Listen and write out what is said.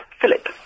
philip